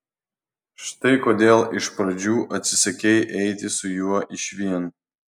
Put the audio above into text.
štai kodėl iš pradžių atsisakei eiti su juo išvien